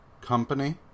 company